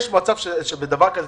יש אפשרות שתתמכו בזה?